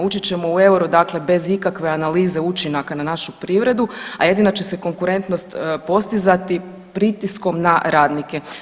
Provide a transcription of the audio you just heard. Ući ćemo u euro dakle bez ikakve analize učinaka na našu privredu, a jedina će se konkurentnost postizati pritiskom na radnike.